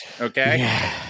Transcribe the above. okay